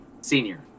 senior